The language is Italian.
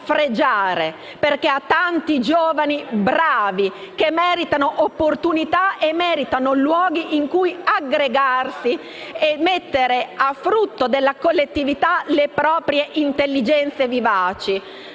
perché ha tanti giovani bravi che meritano opportunità e luoghi in cui aggregarsi e mettere a disposizione della collettività le proprie intelligenze vivaci.